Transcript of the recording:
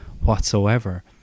whatsoever